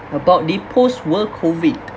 about the post world COVID